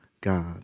God